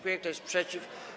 Kto jest przeciw?